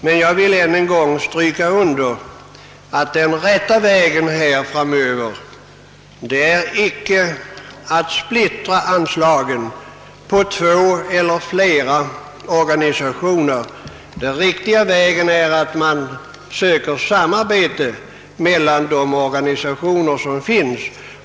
Men jag vill än en gång stryka under att den rätta vägen framöver inte är att splittra anslagen på två eller flera organisationer utan att söka samarbete mellan de organisationer som finns.